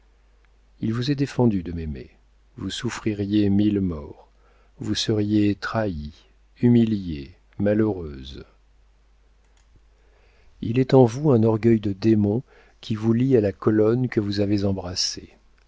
il vous est défendu de m'aimer vous souffririez mille morts vous seriez trahie humiliée malheureuse il est en vous un orgueil de démon qui vous lie à la colonne que vous avez embrassée